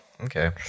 Okay